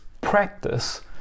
practice